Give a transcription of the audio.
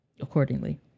accordingly